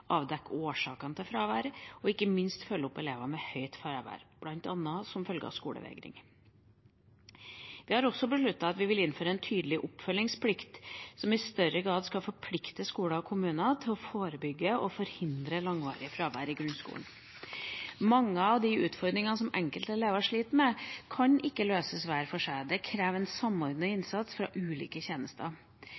avdekke årsakene til fraværet og ikke minst følge opp elever med høyt fravær, bl.a. som følge av skolevegring. Vi har også besluttet at vi vil innføre en tydeligere oppfølgingsplikt som i større grad skal forplikte skoler og kommuner til å forebygge og forhindre langvarig fravær i grunnskolen. Mange av de utfordringene som enkelte elever sliter med, kan ikke løses hver for seg. Det krever en samordnet